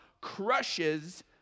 crushes